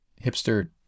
hipster